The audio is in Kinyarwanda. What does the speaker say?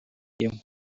inkwi